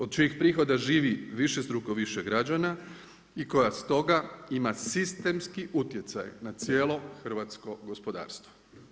Od čijih prihoda živi višestruko više građana i koja s toga ima sistemski utjecaj na cijelo hrvatsko gospodarstvo.